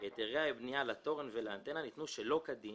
כי היתרי הבנייה לתורן ולאנטנה ניתנו שלא כדין,